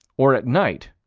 or at night,